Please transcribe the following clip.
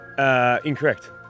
Incorrect